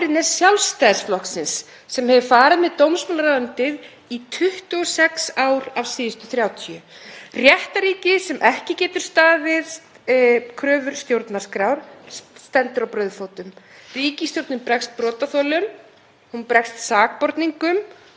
kröfur stjórnarskrár stendur á brauðfótum. Ríkisstjórnin bregst brotaþolum, hún bregst sakborningum, hún bregst almenningi og hún bregst réttarríkinu. Þessi vandi var til staðar fyrir tíu árum, hann var til staðar fyrir fimm árum og hann er til staðar í dag.